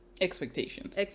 Expectations